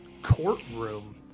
courtroom